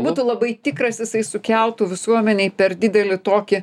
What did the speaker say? būtų labai tikras jisai sukeltų visuomenei per didelį tokį